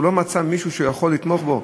הוא לא מצא מישהו שהוא יכול לתמוך בו.